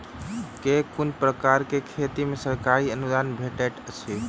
केँ कुन प्रकारक खेती मे सरकारी अनुदान भेटैत अछि?